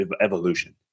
evolution